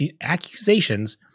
accusations